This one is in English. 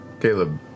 Caleb